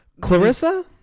clarissa